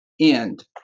end